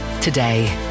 today